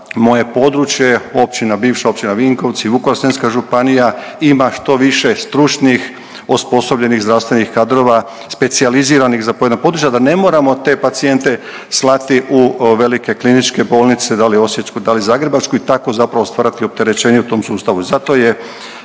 moje područje općina, bivša Općina Vinkovci, Vukovarsko-srijemska županija ima što više stručnih osposobljenih zdravstvenih kadrova, specijaliziranih za pojedina područja, da ne moramo te pacijente slati u velike kliničke bolnice, da li osječku, da li zagrebačku i tako zapravo stvarati opterećenje u tom sustavu